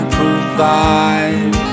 provide